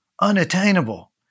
unattainable